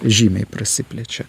žymiai prasiplečia